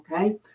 okay